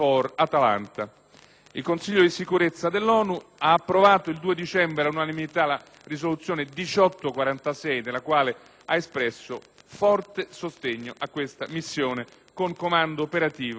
Il Consiglio di sicurezza dell'ONU ha approvato il 2 dicembre all'unanimità la risoluzione n. 1846, nella quale ha espresso forte sostegno a questa missione con comando operativo britannico.